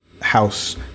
house